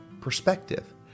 perspective